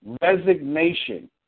resignation